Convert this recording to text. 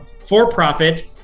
for-profit